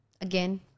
again